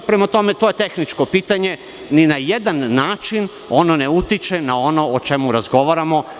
Prema tome, to je tehničko pitanje i ni na jedan način ono ne utiče na ono o čemu razgovaramo.